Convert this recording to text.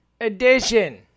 edition